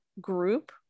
group